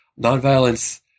nonviolence